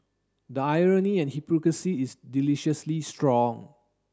the irony and hypocrisy is deliciously strong